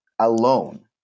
alone